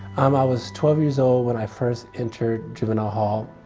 um i was twelve years old when i first entered juvenile hall.